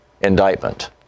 indictment